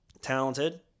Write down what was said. Talented